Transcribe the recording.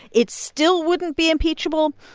it still wouldn't be impeachable.